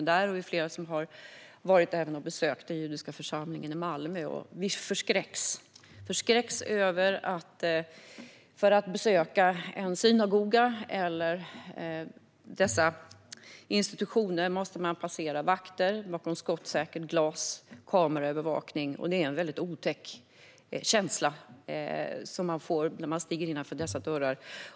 Vi är även flera som har besökt den judiska församlingen i Malmö. Vi förskräcks över att man för att besöka en synagoga eller liknande institutioner måste passera vakter bakom skottsäkert glas. Det finns kameraövervakning, och man får en väldigt otäck känsla när man stiger innanför dessa dörrar.